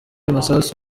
masasu